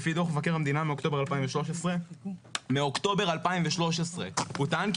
לפי דוח מבקר המדינה מאוקטובר 2013. באוקטובר 2013 נטען כי